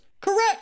Correct